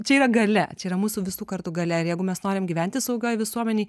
čia yra galia čia yra mūsų visų kartu galia ir jeigu mes norim gyventi saugioj visuomenėj